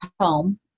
home